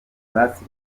basi